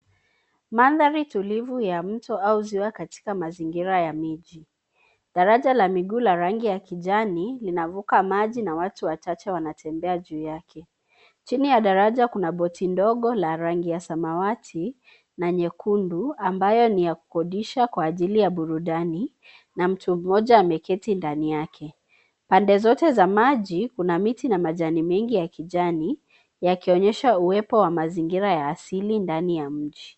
Mandhari tulivu ya mto au ziwa katika mazingira ya miji. Daraja la miguu la rangi ya kijani linavuka maji na watu wachache wanatembea juu yake. Chini ya daraja kuna boti ndogo la rangi ya samawati na nyekundu ambayo ni ya kukodisha kwa ajili ya burudani na mtu mmoja ameketi ndani yake. Pande zote za maji kuna miti na majani mengi ya kijani yakionyesha uwepo wa mazingira ya asili ndani ya mji.